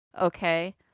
okay